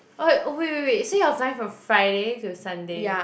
like oh wait wait wait so you're flying from Friday to Sunday